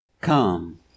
come